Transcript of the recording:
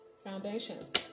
Foundations